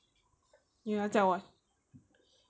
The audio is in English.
你要叫我